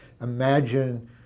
Imagine